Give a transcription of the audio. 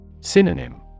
Synonym